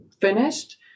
finished